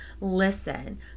listen